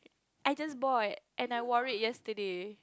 I just bought and I wore it yesterday